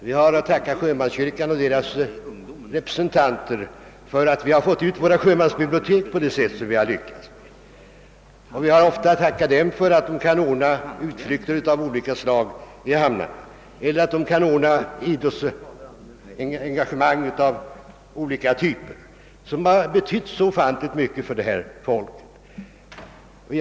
Vi har att tacka sjömanskyrkan och dess representanter för att vi har fått ut våra sjömansbibliotek på det sätt som skett. Vi har ofta att tacka dem för att de ordnar utflykter av olika slag eller idrottsarrangemang av olika typer, något som har betytt så ofantligt mycket för dessa människor.